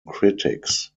critics